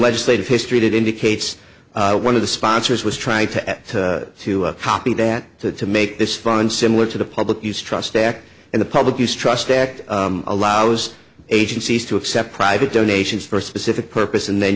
legislative history that indicates one of the sponsors was try to get to copy that to to make this fund similar to the public use trust act and the public use trust act allows agencies to accept private donations for a specific purpose and then